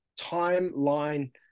timeline